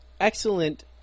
excellent